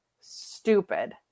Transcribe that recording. stupid